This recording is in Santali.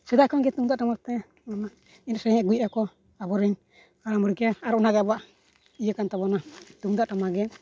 ᱥᱮᱫᱟᱭ ᱠᱷᱚᱱᱜᱮ ᱛᱩᱢᱫᱟᱜ ᱴᱟᱢᱟᱠᱛᱮ ᱮᱱᱮᱡ ᱥᱮᱨᱮᱧ ᱟᱜᱩᱭᱮᱜ ᱟᱠᱚ ᱟᱵᱚᱨᱮᱱ ᱦᱟᱲᱟᱢᱼᱵᱩᱲᱦᱤ ᱠᱚ ᱟᱨ ᱚᱱᱟ ᱜᱮ ᱟᱵᱚᱣᱟᱜ ᱤᱭᱟᱹᱠᱟᱱ ᱛᱟᱵᱚᱱᱟ ᱛᱩᱢᱫᱟᱜ ᱴᱟᱢᱟᱠᱜᱮ